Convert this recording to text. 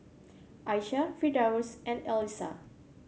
Aishah Firdaus and Alyssa